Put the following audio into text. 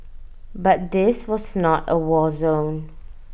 but this was not A war zone